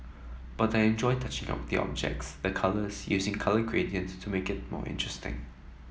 but I enjoy touching up the objects the colours using colour gradients to make it more interesting